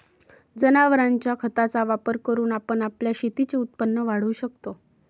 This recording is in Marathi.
जनावरांच्या खताचा वापर करून आपण आपल्या शेतीचे उत्पन्न वाढवू शकतो